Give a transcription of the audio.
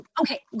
okay